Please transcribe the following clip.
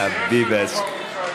נעביבשק.